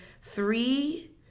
Three